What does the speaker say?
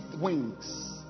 wings